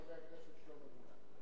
חבר הכנסת שלמה מולה.